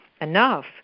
enough